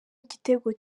gitego